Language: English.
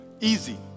easy